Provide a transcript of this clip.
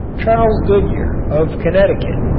charles goodyear, of connecticut,